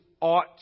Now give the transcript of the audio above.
ought